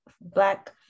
black